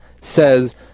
says